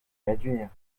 réduire